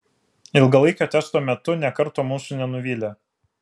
ilgalaikio testo metu nė karto mūsų nenuvylė